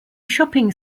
shopping